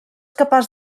capaç